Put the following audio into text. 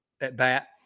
at-bat